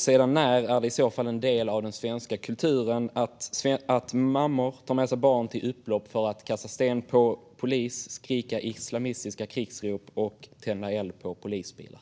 Sedan när är det i så fall en del av den svenska kulturen att mammor tar med sig barn till upplopp för att kasta sten på polis, skrika islamistiska krigsrop och tända eld på polisbilar?